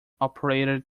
operated